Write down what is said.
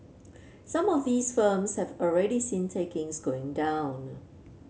some of these firms have already seen takings going down